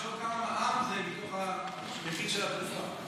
תחשוב כמה מע"מ זה מתוך המחיר של התרופה.